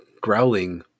growling